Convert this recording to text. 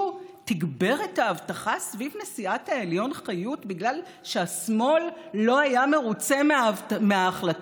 תגבר את האבטחה סביב נשיאת העליון חיות בגלל שהשמאל לא היה מרוצה מההחלטה?